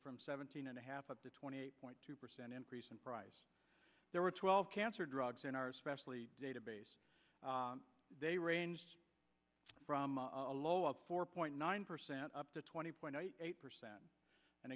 from seventeen and a half up to twenty eight point two percent increase in price there were twelve cancer drugs in our specially database they ranged from a low of four point nine percent up to twenty point eight percent and